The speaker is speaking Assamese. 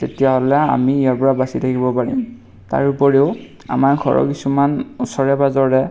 তেতিয়াহ'লে আমি ইয়াৰ পৰা বাচি থাকিব পাৰিম তাৰোপৰিও আমাৰ ঘৰৰ কিছুমান ওচৰে পাঁজৰে